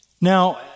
Now